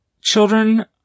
children